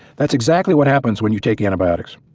that's exactly what happens when you take antibiotics.